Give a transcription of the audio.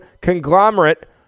conglomerate